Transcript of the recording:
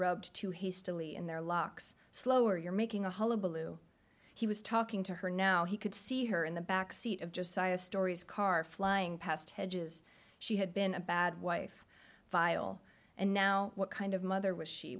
rubbed too hastily in their locks slower you're making a hullabaloo he was talking to her now he could see her in the back seat of just saya stories car flying past hedges she had been a bad wife file and now what kind of mother was she